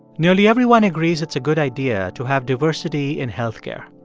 nearly everyone agrees it's a good idea to have diversity in health care.